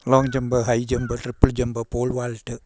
long jump high jump triple jump pole Walt